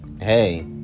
hey